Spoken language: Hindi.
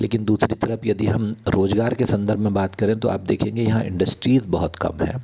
लेकिन दूसरी तरफ यदि हम रोजगार के संदर्भ में बात करें तो आप देखेंगे यहाँ इंडस्ट्रीज़ बहुत कम हैं